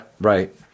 Right